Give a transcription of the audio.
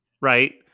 right